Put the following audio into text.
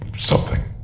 something.